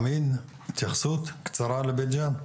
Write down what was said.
אמין, התייחסות קצרה לבית ג'ן?